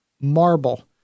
marble